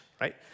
right